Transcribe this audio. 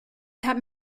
that